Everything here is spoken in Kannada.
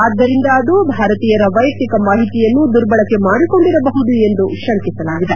ಆದ್ದರಿಂದ ಅದು ಭಾರತೀಯರ ವೈಯಕ್ತಿಕ ಮಾಹಿತಿಯನ್ನು ದುರ್ಬಳಕೆ ಮಾಡಿಕೊಂಡಿರಬಹುದು ಎಂದು ಶಂಕಿಸಲಾಗಿದೆ